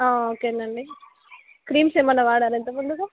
okay అండి creams ఏమన్న వాడారా ఇంతకముందుకు